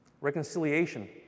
Reconciliation